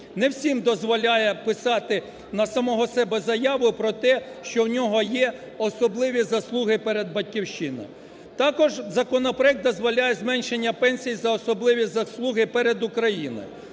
не всім дозволяє писати на самого себе заяву про те, що в нього є особливі заслуги перед Батьківщиною. Також законопроект дозволяє зменшення пенсій за особливі заслуги перед Україною.